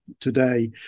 today